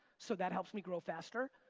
so that helps me grow faster.